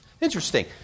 Interesting